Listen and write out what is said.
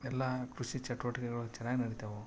ಎಲ್ಲ ಕೃಷಿ ಚಟುವಟಿಕೆಗಳು ಚೆನ್ನಾಗಿ ನಡಿತಾವೆ